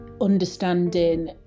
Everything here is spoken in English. understanding